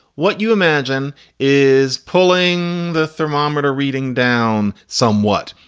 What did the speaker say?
what you imagine is pulling the thermometer, reading down somewhat.